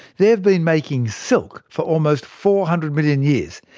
they have been making silk for almost four hundred million years.